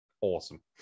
awesome